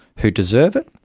who deserve it,